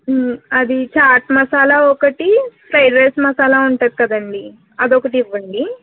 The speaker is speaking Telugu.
అది చాట్ మసాలా ఒకటి ఫ్రైడ్ రైస్ మసాలా ఉంటుంది కదండి అదొకటి ఇవ్వండి